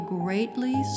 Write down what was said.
greatly